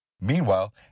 Meanwhile